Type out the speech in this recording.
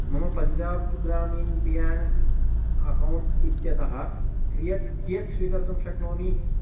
मम Punjab Gramin bank account इत्यतः कियत् कियत् स्वीकर्तुं शक्नोमि